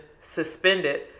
suspended